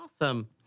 Awesome